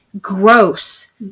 gross